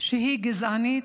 שהיא גזענית,